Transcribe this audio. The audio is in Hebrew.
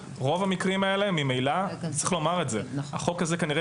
ברוב המקרים האלה ממילא צריך לומר את זה החוק הזה כנראה